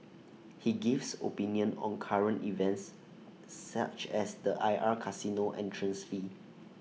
he gives opinions on current events such as the I R casino entrance fee